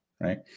right